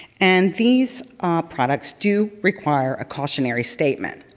and these products do require a cautionary statement.